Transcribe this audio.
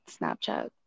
Snapchat